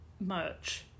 Merch